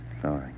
Sorry